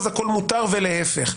הכול מותר ולהפך.